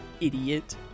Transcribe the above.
idiot